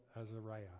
Azariah